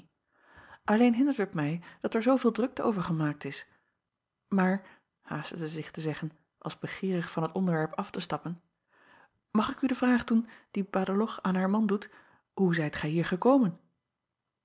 alleen hindert het mij dat er zooveel drukte over gemaakt is maar haastte zij zich te zeggen als begeerig van het onderwerp af te stappen mag ik u de vraag doen die adeloch aan haar man doet oe zijt gij hier gekomen